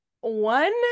One